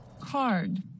Card